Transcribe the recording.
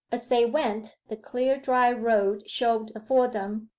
as they went, the clear, dry road showed before them,